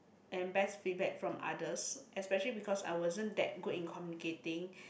and best feedback from others especially because I wasn't that good in communicating